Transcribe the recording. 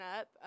up